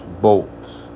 bolts